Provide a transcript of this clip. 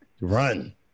Run